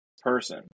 person